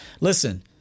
Listen